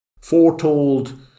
Foretold